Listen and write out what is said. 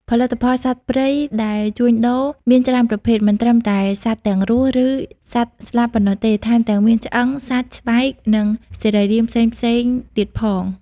ផលិតផលសត្វព្រៃដែលជួញដូរមានច្រើនប្រភេទ មិនត្រឹមតែសត្វទាំងរស់ ឬសត្វស្លាប់ប៉ុណ្ណោះទេ ថែមទាំងមានឆ្អឹង សាច់ ស្បែក និងសរីរាង្គផ្សេងៗទៀតផង។